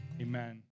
Amen